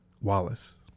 wallace